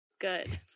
Good